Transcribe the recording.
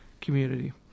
community